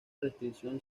restricción